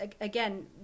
again